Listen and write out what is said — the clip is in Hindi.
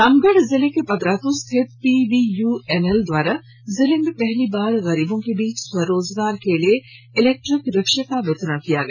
रामगढ़ जिले के पतरातू स्थित पीवीयूएनएल के द्वारा जिले में पहली बार गरीबों के बीच स्वरोजगार के लिए इलेक्ट्रिक रिक्शा का वितरण किया गया